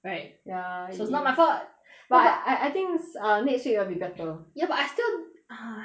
right ya so it's not my fault no but but I I think next week will be better ya but I still